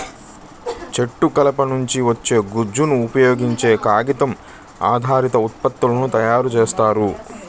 చెట్టు కలప నుంచి వచ్చే గుజ్జును ఉపయోగించే కాగితం ఆధారిత ఉత్పత్తులను తయారు చేస్తారు